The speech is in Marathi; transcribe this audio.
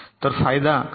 तर फायदा काय आहे